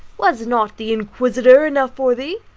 was not the inquisitor enough for thee?